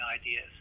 ideas